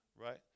right